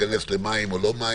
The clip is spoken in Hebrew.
להיכנס למים או לא מים.